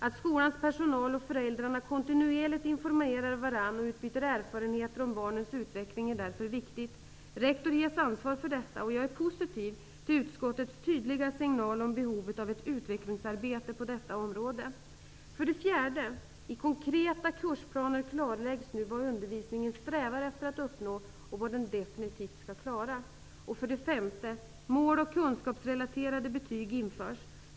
Att skolans personal och föräldrarna kontinuerligt informerar varandra och utbyter erfarenheter om barnens utveckling är därför viktigt. Rektor ges ansvar för detta. Jag är positiv till utskottets tydliga signal om behovet av ett utvecklingsarbete på detta område. För det fjärde: I konkreta kursplaner klarläggs nu vad undervisningen strävar efter att uppnå och vad den definitivt skall klara. För det femte: Mål och kunskapsrelaterade betyg införs.